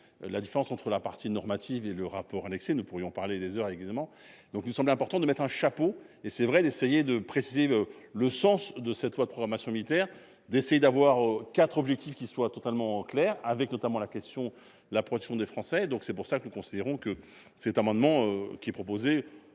La différence entre la partie normative et le rapport annexé, nous pourrions parler des heures évidemment. Donc il me semble important de mettre un chapeau et c'est vrai, d'essayer de préciser le sens de cette loi de programmation militaire d'essayer d'avoir quatre objectifs qui soit totalement clair avec notamment la question la protection des Français. Donc c'est pour ça que le considérons que cet amendement qui est proposé,